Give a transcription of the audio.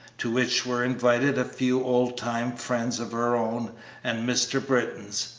to which were invited a few old-time friends of her own and mr. britton's,